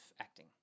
acting